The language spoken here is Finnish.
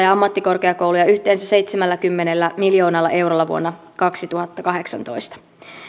ja ammattikorkeakouluja yhteensä seitsemälläkymmenellä miljoonalla eurolla vuonna kaksituhattakahdeksantoista